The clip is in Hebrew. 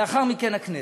לאחר מכן הכנסת,